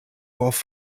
off